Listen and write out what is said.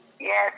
Yes